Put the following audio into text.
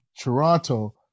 Toronto